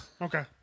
Okay